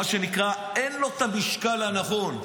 מה שנקרא אין לו את המשקל הנכון.